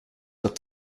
dat